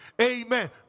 Amen